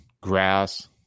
grass